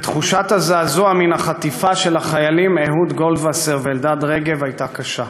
ותחושת הזעזוע מן החטיפה של החיילים אהוד גולדווסר ואלדד רגב הייתה קשה.